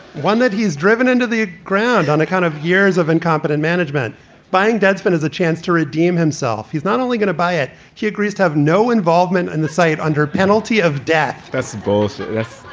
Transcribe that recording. one that he's driven into the ground on a kind of years of incompetent management buying. deadspin has a chance to redeem himself. he's not only going to buy it, he agrees to have no involvement in the site under penalty of death. that's both. yes,